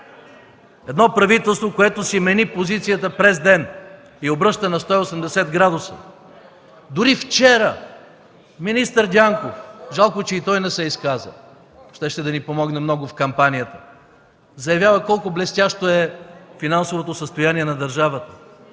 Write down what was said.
Вас, правителство, което си мени позицията през ден и се обръща на 180о! Дори вчера министър Дянков, жалко, че и той не се изказа – щеше много да ни помогне в кампанията, заявява колко блестящо е финансовото състояние на държавата,